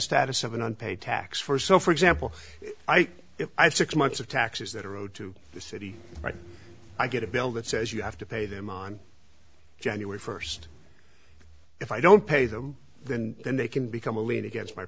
status of an unpaid tax for so for example if i have six months of taxes that are owed to the city right i get a bill that says you have to pay them on january first if i don't pay them then then they can become a lead against my